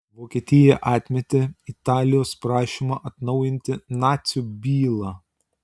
vokietija atmetė italijos prašymą atnaujinti nacių bylą